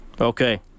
Okay